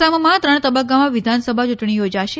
આસામમાં ત્રણ તબક્કામાં વિધાનસભા યૂંટણી યોજાશે